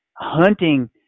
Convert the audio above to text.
hunting